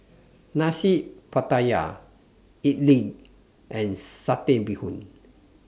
Nasi Pattaya Idly and Satay Bee Hoon